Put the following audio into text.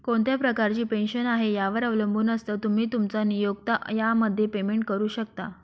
कोणत्या प्रकारची पेन्शन आहे, यावर अवलंबून असतं, तुम्ही, तुमचा नियोक्ता यामध्ये पेमेंट करू शकता